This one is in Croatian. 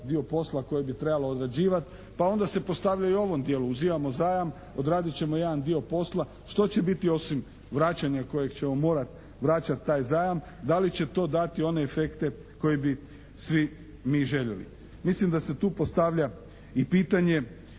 dio posla koji bi trebala odrađivati, pa onda se postavlja i u ovom dijelu uzimamo zajam, odradit ćemo jedan dio posla, što će biti osim vraćanja kojeg ćemo morati vraćati taj zajam. Da li će to dati one efekte koje bi svi mi željeli. Mislim da se tu postavlja i pitanje